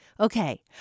Okay